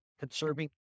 conserving